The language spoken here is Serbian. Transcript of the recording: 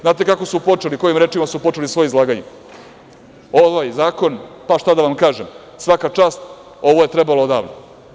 Znate kako su počeli, kojim rečima su počeli svoje izlaganje – ovaj zakon, pa šta da vam kažem, svaka čast, ovo je trebalo odavno.